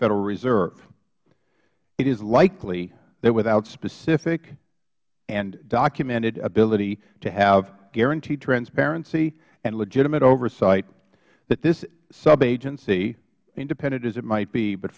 federal reserve it is likely that without the specific and documented ability to have guaranteed transparency and legitimate oversight that this subagency independent as it might be but